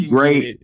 Great